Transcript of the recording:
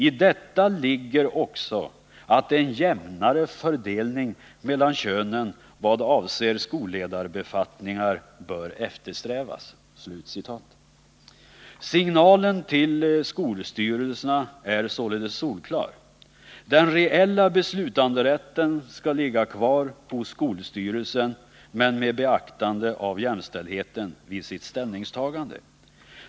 I detta ligger också att en jämnare fördelning mellan könen vad avser skolledarbefattningar bör eftersträvas.” Signalen till skolstyrelserna är således solklar. Den reella beslutanderätten skall ligga kvar hos skolstyrelsen med beaktande av jämställdheten vid ställningstagandet.